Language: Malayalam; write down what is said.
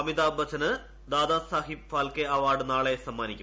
അമിതാഭ് ബച്ചന് ദാദാസാഹിബ് ഫാൽക്കെ അവാർഡ് നാളെ സമ്മാനിക്കും